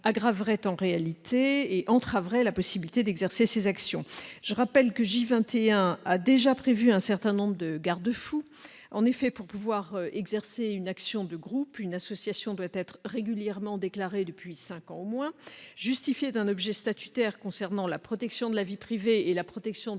l'agrément préalable, entraverait la possibilité d'exercer ces actions. Je rappelle que la loi de 2016 a déjà prévu un certain nombre de garde-fous. En effet, pour pouvoir exercer une action de groupe, une association doit être régulièrement déclarée depuis cinq ans au moins et justifier d'un objet statutaire concernant la protection de la vie privée et la protection des